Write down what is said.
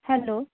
hello